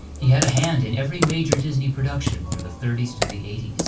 he had a hand in every major disney production from the thirty s to the eighty s.